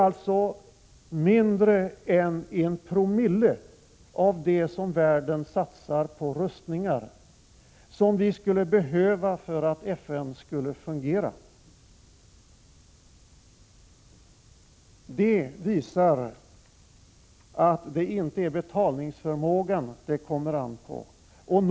Alltså mindre än en promille av det som världen satsar på rustningar skulle vi behöva för att FN skulle kunna fungera. Detta visar att det inte är betalningsförmågan det kommer an på. Herr talman!